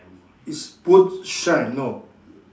is boot shine no